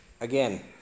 Again